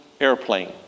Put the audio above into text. airplane